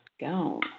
Go